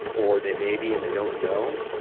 or they may be and they don't know.